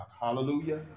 Hallelujah